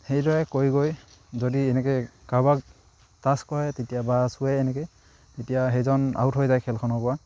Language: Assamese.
সেইদৰে কৈ গৈ যদি এনেকে কাৰোবাক টাচ কৰে তেতিয়া বা চুৱে এনেকে তেতিয়া সেইজন আউট হৈ যায় খেলখনৰ পৰা